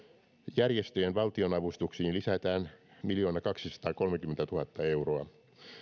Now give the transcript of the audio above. järjestöjen valtionavustuksiin lisätään miljoonakaksisataakolmekymmentätuhatta euroa